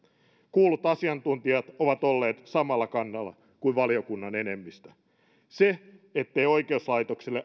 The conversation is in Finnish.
kuullut asiantuntijat ovat olleet samalla kannalla kuin valiokunnan enemmistö se ettei oikeuslaitokselle